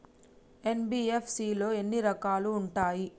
NBFC లో ఎన్ని రకాలు ఉంటాయి?